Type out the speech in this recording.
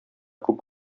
күп